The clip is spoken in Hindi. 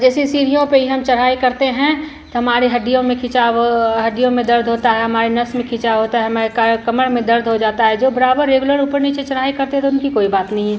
जैसे सीढ़ियों पर ही हम चढ़ाई करते हैं तो हमारी हड्डियों में खिंचाव हड्डियों में दर्द होता है हमारी नस में खिंचाव होता है हमारे काया कमर में दर्द हो जाता है जो बराबर रेगुलर ऊपर नीचे चढ़ाई करते तो उनकी कोई बात नहीं है